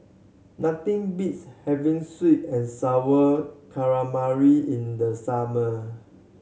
nothing beats having sweet and Sour Calamari in the summer